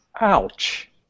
Ouch